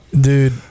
dude